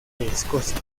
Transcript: escocia